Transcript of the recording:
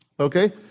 Okay